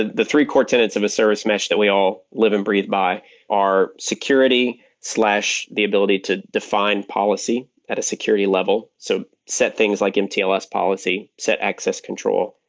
the three core tenets of a service mesh that we all live and breathe by are security the ability to define policy at a security level so set things like mtls policy, set access control,